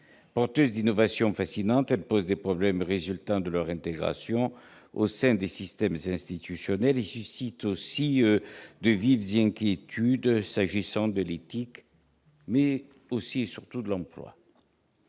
Porteuses d'innovations fascinantes, elles posent des problèmes résultant de leur intégration au sein des « systèmes institutionnels » et suscitent aussi de vives inquiétudes en matière d'éthique, mais aussi et surtout d'emploi.